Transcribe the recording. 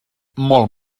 molt